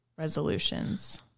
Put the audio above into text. resolutions